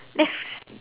let's